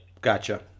Gotcha